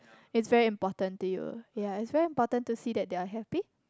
it's very important to you ya it's very important to see that they're happy